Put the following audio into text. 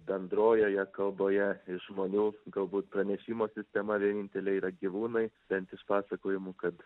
bendrojoje kalboje iš žmonių galbūt pranešimo sistema vienintelė yra gyvūnai bent iš pasakojimų kad